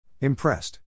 Impressed